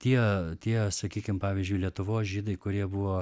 tie tie sakykim pavyzdžiui lietuvos žydai kurie buvo